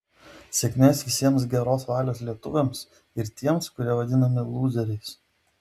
sėkmės visiems geros valios lietuviams ir tiems kurie vadinami lūzeriais